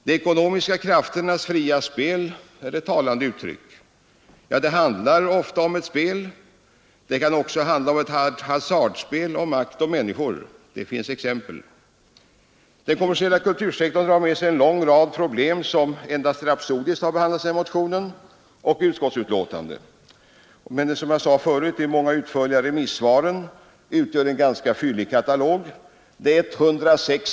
De ekonomiska krafternas fria spel är ett talande uttryck. Det handlar verkligen om spel — ett hasardspel om makt och människor. Det finns exempel. Den kommersiella kultursektorn drar med sig en lång rad problem som endast rapsodiskt behandlas såväl i motionen som i utskottsbetänkandet. De många och utförliga remissvaren utgör en ganska fyllig katalog över dessa problem.